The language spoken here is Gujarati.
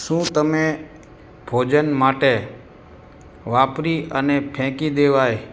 શું તમે ભોજન માટે વાપરી અને ફેંકી દેવાય